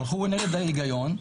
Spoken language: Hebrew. הלכו נגד ההיגיון,